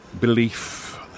belief